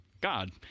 God